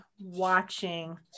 watching